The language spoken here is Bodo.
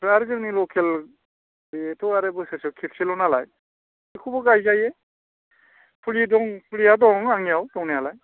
आमफ्राय आरो जोंनि लकेल बेथ' आरो बोसोरसेयाव खेबसेल' नालाय बेखौबो गायजायो फुलि दं फुलिया दं आंनियाव दंनायालाय